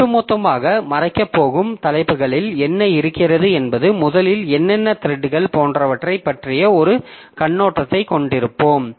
ஒட்டுமொத்தமாக மறைக்கப் போகும் தலைப்புகளில் என்ன இருக்கிறது என்பது முதலில் என்னென்ன த்ரெட்கள் போன்றவற்றைப் பற்றிய ஒரு கண்ணோட்டத்தைக் கொண்டிருப்போம்